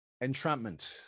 entrapment